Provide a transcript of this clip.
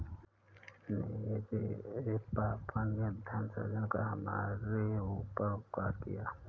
मेरे पापा ने धन सृजन कर हमारे ऊपर उपकार किया है